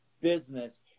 business